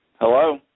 Hello